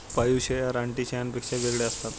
पाळीव शेळ्या रानटी शेळ्यांपेक्षा वेगळ्या असतात